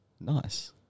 Nice